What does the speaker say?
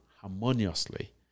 harmoniously